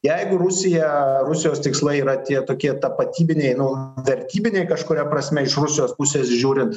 jeigu rusija rusijos tikslai yra tie tokie tapatybiniai nu vertybiniai kažkuria prasme iš rusijos pusės žiūrint